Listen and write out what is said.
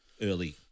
early